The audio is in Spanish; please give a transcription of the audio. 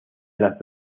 las